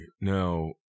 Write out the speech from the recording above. now